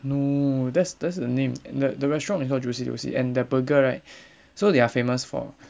no that's that's the name and like the restaurant is not juicy lucy and their burger right so they are famous for